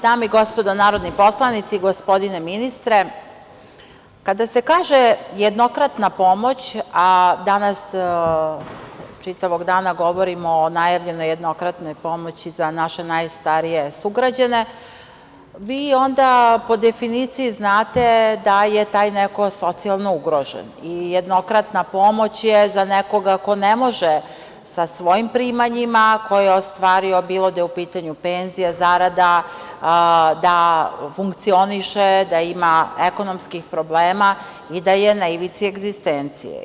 Dame i gospodo narodni poslanici, gospodine ministre, kada se kaže jednokratna pomoć a danas čitavog dana govorimo o najavljenoj jednokratnoj pomoći za naše najstarije sugrađane, vi onda po definiciji znate da je taj neko socijalno ugrožen i jednokratna pomoć je za nekoga ko ne može sa svojim primanjima koje je ostvario, bilo da je u pitanju penzija, zarada, da funkcioniše, da ima ekonomskih problema i da je na ivici egzistencije.